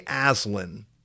Aslan